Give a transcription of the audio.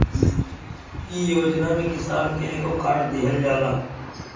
इ योजना में किसान के एगो कार्ड दिहल जाला